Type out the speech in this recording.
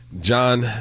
John